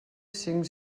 cinc